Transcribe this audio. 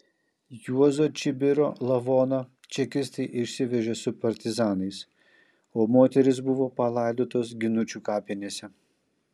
juozo čibiro lavoną čekistai išsivežė su partizanais o moterys buvo palaidotos ginučių kapinėse